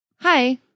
Hi